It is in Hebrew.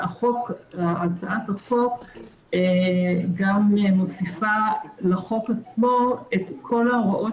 הצעת החוק גם מוסיפה לחוק עצמו את כל ההוראות